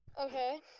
Okay